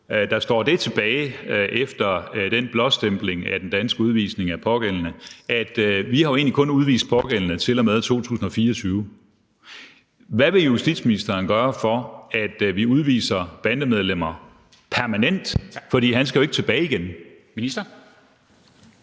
der står det tilbage efter den blåstempling af den danske udvisning af pågældende, at vi jo egentlig kun har udvist pågældende til og med 2024. Hvad vil justitsministeren gøre for, at vi udviser bandemedlemmer permanent? For han skal jo ikke tilbage igen.